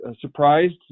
surprised